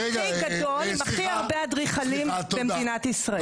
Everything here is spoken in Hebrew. הגוף הכי גדול עם הכי הרבה אדריכלים במדינת ישראל.